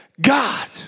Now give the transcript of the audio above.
God